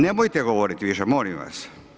Nemojte govorit više, molim vas.